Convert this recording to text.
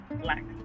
black